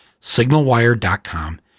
SignalWire.com